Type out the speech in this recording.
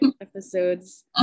episodes